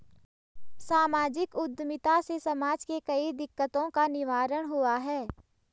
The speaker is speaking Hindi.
सामाजिक उद्यमिता से समाज के कई दिकक्तों का निवारण हुआ है